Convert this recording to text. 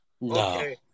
No